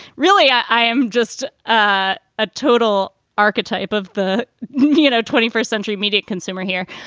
really, i am just a ah total archetype of the you know twenty first century media consumer here.